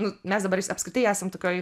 nu mes dabar apskritai esam tokioj